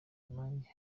nanjye